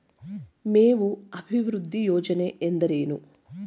ಮೇವು ಅಭಿವೃದ್ಧಿ ಯೋಜನೆ ಎಂದರೇನು?